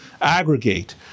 aggregate